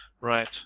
Right